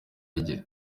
rye